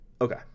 Okay